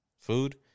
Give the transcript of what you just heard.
food